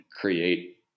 create